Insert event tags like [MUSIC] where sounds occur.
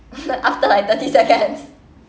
[LAUGHS] after like thirty seconds